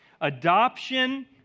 Adoption